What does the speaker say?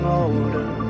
older